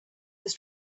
was